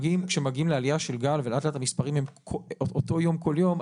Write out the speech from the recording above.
כשמגיעים לעלייה של גל ולאט לאט המספרים הם אותו יום כל יום,